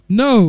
no